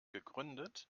gegründet